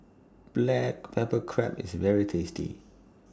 Black Pepper Crab IS very tasty